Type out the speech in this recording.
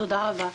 תודה רבה.